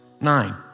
nine